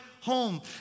home